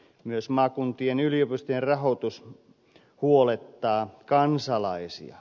myös maakuntien yliopistojen rahoitus huolettaa kansalaisia